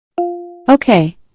Okay